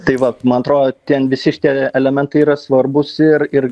tai vat man atrodo ten visi šitie elementai yra svarbūs ir ir